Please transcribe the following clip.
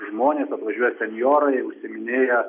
žmonės atvažiuoja senjorai užsiiminėja